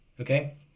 Okay